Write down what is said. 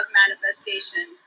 manifestation